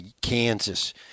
Kansas